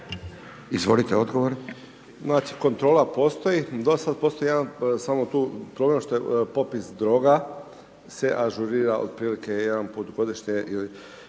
(HDZ)** U RH kontrola postoji, dosad postoji jedan, samo tu problem što je popis droga se ažurira otprilike jedanput godišnje ili